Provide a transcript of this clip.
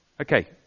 Okay